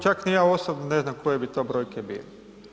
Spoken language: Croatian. Čak ni ja osobno ne znam koje bi to brojke bile.